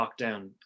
lockdown